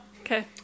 Okay